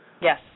Yes